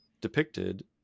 depicted